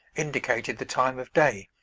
indicated the time of day,